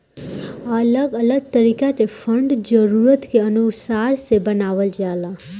अलग अलग तरीका के फंड जरूरत के अनुसार से बनावल जाला